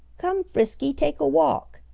come, frisky, take a walk,